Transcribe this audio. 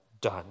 done